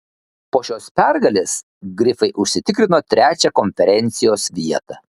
po šios pergalės grifai užsitikrino trečią konferencijos vietą